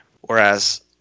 whereas